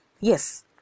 Yes